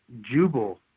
jubal